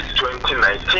2019